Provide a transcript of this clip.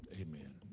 amen